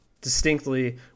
distinctly